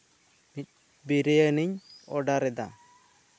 ᱢᱤᱫ ᱵᱤᱨᱤᱭᱟᱱᱤᱧ ᱚᱰᱟᱨ ᱮᱫᱟ